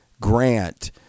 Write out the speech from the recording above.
grant